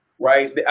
right